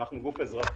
אנחנו גוף אזרחי,